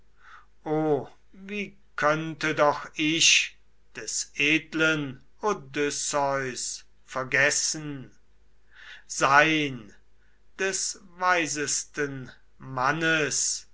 wie könnte doch ich des edlen odysseus vergessen sein des weisesten mannes